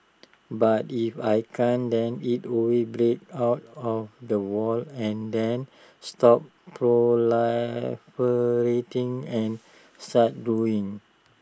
but if I can't then IT will break out of the wall and then stop proliferating and start growing